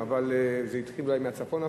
זה אולי התחיל מהצפון,